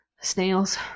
Snails